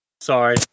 Sorry